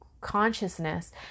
consciousness